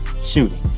Shooting